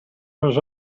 was